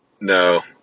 no